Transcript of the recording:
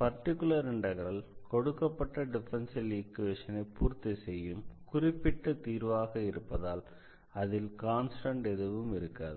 particular integral கொடுக்கப்பட்ட differential ஈக்வேஷனை பூர்த்தி செய்யும் குறிப்பிட்ட தீர்வாக இருப்பதால் அதில் கான்ஸ்டண்ட் எதுவும் இருக்காது